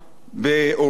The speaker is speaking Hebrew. או רמז,